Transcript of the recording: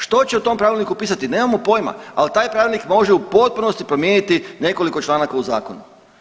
Što će u tom pravilniku pisati nemamo pojma, ali taj pravilnik može u potpunosti promijeniti nekoliko članaka u zakonu.